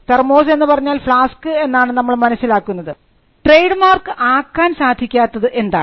thermos എന്ന് പറഞ്ഞാൽ flask എന്നാണ് നമ്മൾ മനസ്സിലാക്കുന്നത് ട്രേഡ് മാർക്ക് ആക്കാൻ സാധിക്കാത്തത് എന്താണ്